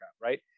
Right